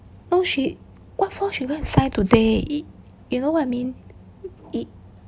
no she what for she go and sign today you know what I mean